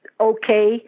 okay